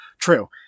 True